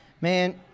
Man